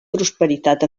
prosperitat